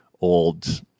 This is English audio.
old